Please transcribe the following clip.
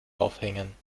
aufhängen